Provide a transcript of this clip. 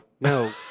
No